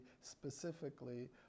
specifically